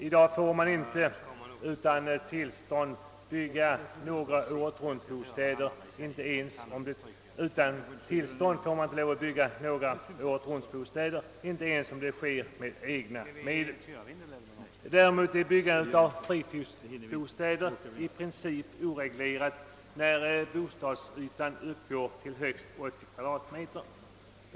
I dag får man inte bygga några åretruntbostäder utan tillstånd, inte ens om det sker med egna medel. Däremot är byggandet av fritidsbostäder i princip oreglerat, när bostadsytan uppgår till högst 80 m?.